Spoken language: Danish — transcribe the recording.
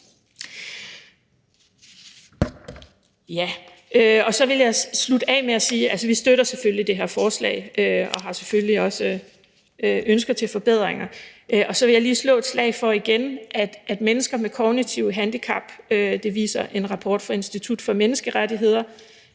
Så vil jeg slutte af med at sige, at vi selvfølgelig støtter det her forslag og selvfølgelig også har ønsker til forbedringer. Og så vil jeg lige slå et slag for noget igen, i forhold til at mennesker med kognitive handicap – det viser en rapport fra Institut for Menneskerettigheder